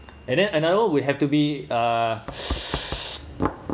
and then another would have to be uh